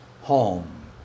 home